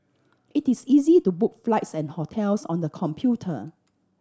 it is easy to book flights and hotels on the computer